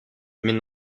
mais